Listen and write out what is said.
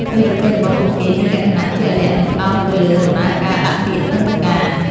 ភារកិច្ចរបស់ពួកគេមានលក្ខណៈជាក់លាក់ និងផ្តោតទៅលើដំណើរការដាក់ពាក្យទិដ្ឋាការ។